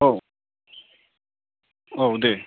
औ औ दे